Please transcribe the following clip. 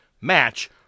match